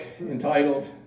entitled